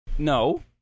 No